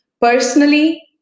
Personally